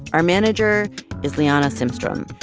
our manager is liana simstrom.